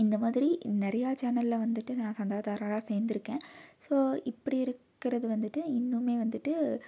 இந்த மாதிரி நிறையா சேனலில் வந்துட்டு நான் சந்தாதாரராக சேர்ந்துருக்கேன் ஸோ இப்படி இருக்கிறது வந்துட்டு இன்னுமே வந்துட்டு